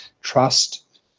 trust